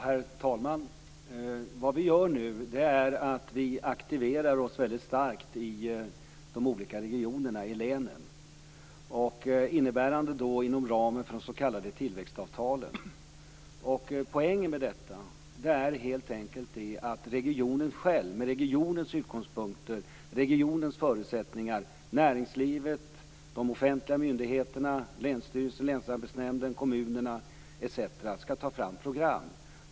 Herr talman! Vad vi gör nu är att vi väldigt starkt aktiverar oss i de olika regionerna och länen inom ramen för de s.k. tillväxtavtalen. Poängen med dessa är helt enkelt att regionen själv - näringslivet, de offentliga myndigheterna, länsstyrelserna, länsarbetsnämnderna, kommunerna etc. - skall ta fram program från sina egna utgångspunkter och förutsättningar.